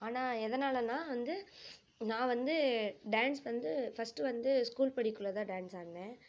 ஆனால் எதுனாலனால் வந்து நான் வந்து டான்ஸ் வந்து ஃபர்ஸ்டு வந்து ஸ்கூல் படிக்கக்குள்ள தான் டான்ஸ் ஆடினேன்